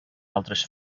altres